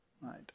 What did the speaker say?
right